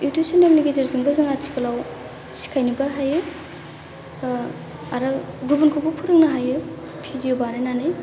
YouTube सेनेलनि गेजेरजों आथिखालाव जों सिखायनोबो हायो ओ आरो गुबुनखौबो फोरोंनो हायो भिदिअ' बानायनानै